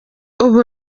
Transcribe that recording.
ubu